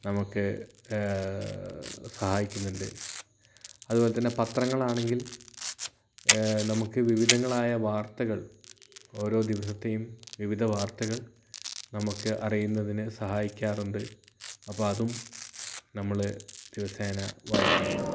നമുക്ക് സഹായിക്കുന്നുണ്ട് അതുപോലെതന്നെ പത്രങ്ങളാണെങ്കിൽ നമുക്ക് വിവിധങ്ങളായ വാർത്തകൾ ഓരോ ദിവസത്തെയും വിവിധ വാർത്തകൾ നമുക്ക് അറിയുന്നതിന് സഹായിക്കാറുണ്ട് അപ്പോൾ അതും നമ്മൾ ദിവസേന വായിക്കുന്നുണ്ട്